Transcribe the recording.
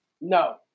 No